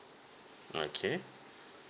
okay